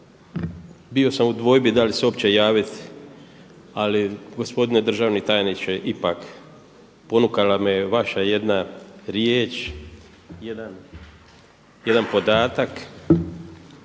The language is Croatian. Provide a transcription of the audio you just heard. bio sam u dvojbi da li se uopće javiti, ali gospodine državne tajniče ipak ponukala me je vaša jedna riječ, jedan podatak